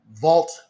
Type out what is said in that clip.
vault